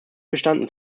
bestanden